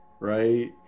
Right